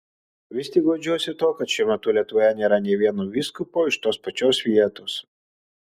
vis tik guodžiuosi tuo kad šiuo metu lietuvoje nėra nė vieno vyskupo iš tos pačios vietos